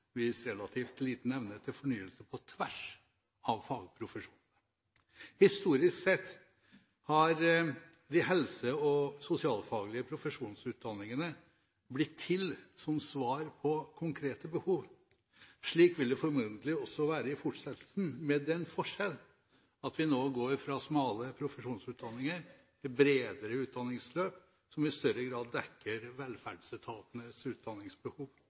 relativt liten evne til fornyelse på tvers av fagprofesjonene. Historisk sett har de helse- og sosialfaglige profesjonsutdanningene blitt til som svar på konkrete behov. Slik vil det formodentlig også være i fortsettelsen, med den forskjell at vi nå går fra smale profesjonsutdanninger til bredere utdanningsløp som i større grad dekker velferdsetatenes utdanningsbehov.